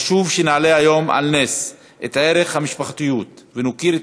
חשוב שנעלה היום על נס את ערך המשפחתיות ונוקיר את